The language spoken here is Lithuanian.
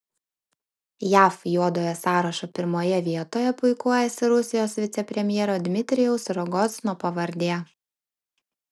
jav juodojo sąrašo pirmoje vietoje puikuojasi rusijos vicepremjero dmitrijaus rogozino pavardė